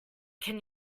can